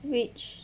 which